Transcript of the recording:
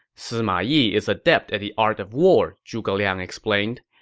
sima yi is adept at the art of war, zhuge liang explained.